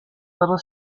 little